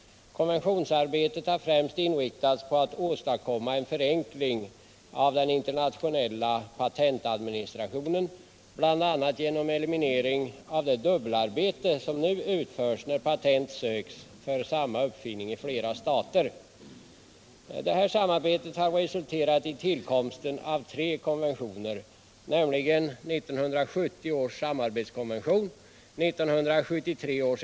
Konventionsarbetet har främst inriktats på att åstadkomma en förenkling av den internationella patentadministrationen, bl.a. genom eliminering av det dubbelarbete som nu utförs när patent söks för samma uppfinning i flera stater.